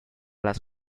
las